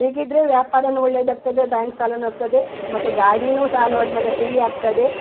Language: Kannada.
ಹೀಗಿದ್ದರೆ ವ್ಯಾಪಾರವೂ ಒಳ್ಳೆಯದಾಗ್ತದೆ ಬ್ಯಾಂಕ್ ಸಾಲವೂ ಆಗ್ತದೆ ಮತ್ತು ಗಾಡಿಯೂ ಸಾಲ ಹೋದ್ಮೇಲೆ ಫ್ರೀ ಆಗ್ತದೆ